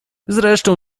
zresztą